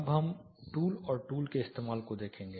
अब हम टूल और टूल के इस्तेमाल को देखेंगे